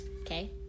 okay